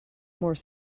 more